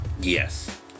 Yes